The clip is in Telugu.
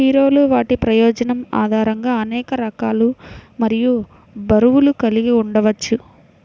హీరోలు వాటి ప్రయోజనం ఆధారంగా అనేక రకాలు మరియు బరువులు కలిగి ఉండవచ్చు